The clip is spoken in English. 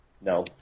No